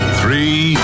three